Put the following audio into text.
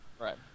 Right